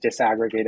disaggregated